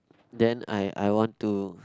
then I I want to